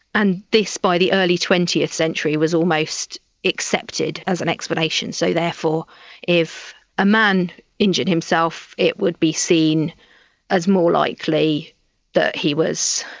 and this, by the early twentieth century, was almost accepted as an explanation, so therefore if a man injured himself it would be seen as more likely that he was,